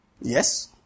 Yes